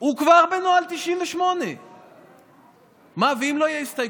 הוא כבר בנוהל 98. מה, ואם לא יהיו הסתייגויות,